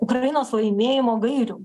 ukrainos laimėjimo gairių